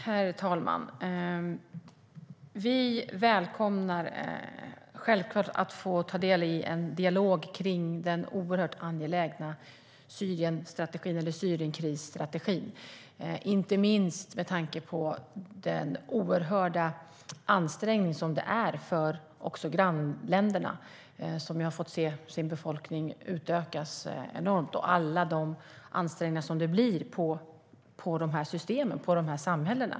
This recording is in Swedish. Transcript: Herr talman! Vi välkomnar självklart att vi får ta del av en dialog kring den oerhört angelägna Syrienkrisstrategin, inte minst med tanke på den oerhörda ansträngning som det är för grannländerna, som har fått se sina befolkningar utökas enormt, och alla de ansträngningar som det blir på de här systemen och på de här samhällena.